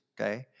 okay